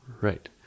Right